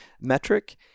metric